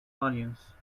onions